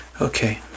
Okay